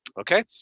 Okay